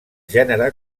gènere